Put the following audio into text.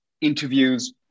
interviews